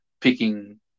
picking